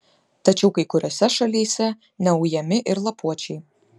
tačiau kai kuriose šalyse neujami ir lapuočiai